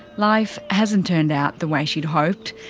life hasn't turned out the way she'd hoped.